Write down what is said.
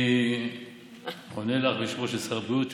אני עונה לך בשמו של שר הבריאות,